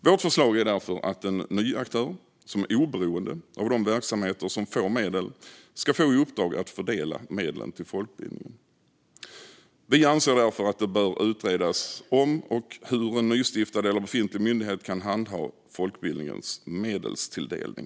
Vårt förslag är därför att en ny aktör som är oberoende av de verksamheter som får medel ska få i uppdrag att fördela medlen till folkbildningen. Vi anser därför att det bör utredas om och hur en nystiftad eller befintlig myndighet kan handha folkbildningens medelstilldelning.